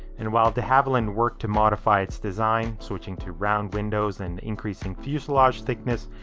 and while de havilland worked to modify its design, switching to round windows and increasing fuselage thickness,